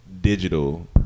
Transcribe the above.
digital